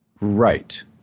Right